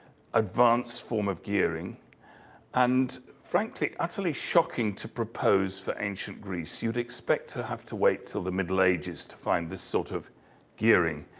advanced form of gearing and frankly utterly shocking to propose for ancient greece. you'd expect to have to wait til the middle ages to find this sort of gearing.